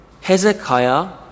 Hezekiah